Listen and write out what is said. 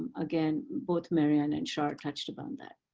again, both marianne and shar touched upon that.